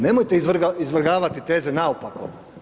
Nemojte izvrgavati teze naopako.